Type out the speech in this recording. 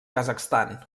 kazakhstan